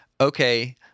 okay